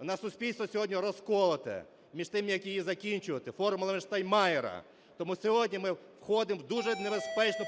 У нас суспільство сьогодні розколоте між тим, як її закінчувати, – формула Штайнмайєра. Тому сьогодні ми входимо в дуже небезпечну